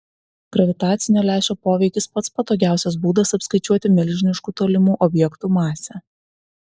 gravitacinio lęšio poveikis pats patogiausias būdas apskaičiuoti milžiniškų tolimų objektų masę